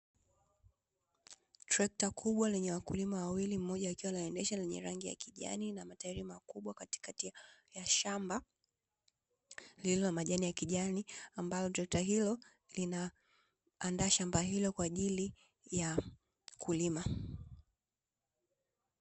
Trekta kubwa lenye wakulima wawili mmoja akiwa anaendesha lenye rangi ya kijani na mataili makubwa katikati ya shamba, lililo na majani ya kijani ambalo trekta hilo linaaandaa shamba hilo kwajili ya kulima.